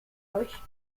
euch